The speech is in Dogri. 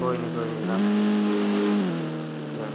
कोई निं कोई निं जनाब क